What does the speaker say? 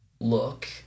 look